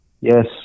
Yes